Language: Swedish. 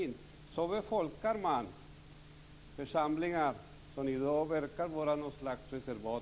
Det är så man befolkar församlingar som i dag verkar vara ett slags reservat.